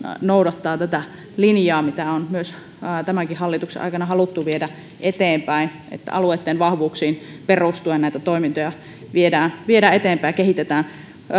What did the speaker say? noudattaa linjaa jota on tämänkin hallituksen aikana haluttu viedä eteenpäin että alueitten vahvuuksiin perustuen näitä toimintoja viedään eteenpäin ja kehitetään